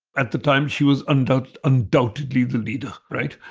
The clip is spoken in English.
at the time she was and undoubtedly the leader, right.